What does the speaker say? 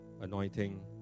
anointing